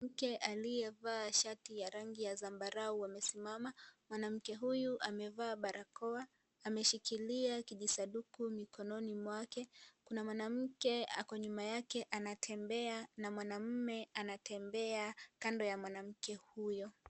Mwanamke aliyevaa shati ya rangi ya zambarau amesimama. Mwanamke huyu amevaa barakoa. Ameshikilia kijisanduku mikononi mwake. Kuna mwanamke ako nyuma yake anatembea na mwanamume anatembea kando ya mwanamke huyo.